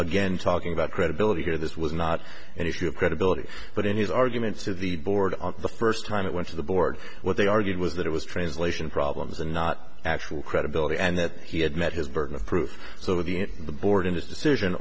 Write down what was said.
again talking about credibility here this was not an issue of credibility but in his arguments to the board on the first time it went to the board what they argued was that it was translation problems and not actual credibility and that he had met his burden of proof so again the board in his decision